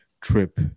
trip